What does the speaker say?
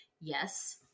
yes